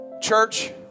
Church